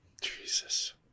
Jesus